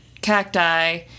Cacti